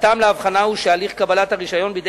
הטעם להבחנה הוא שהליך קבלת הרשיון בידי